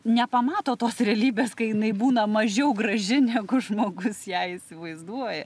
nepamato tos realybės kai jinai būna mažiau graži negu žmogus ją įsivaizduoja